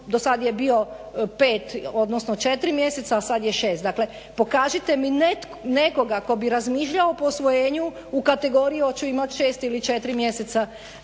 do sada je bio 5 odnosno 4 mjeseca, a sada je 6. Dakle pokažite mi nekoga tko bi razmišljao o posvojenju u kategoriju hoću imati 6 ili 4 mjeseca